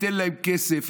ייתן להם כסף,